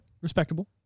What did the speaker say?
Respectable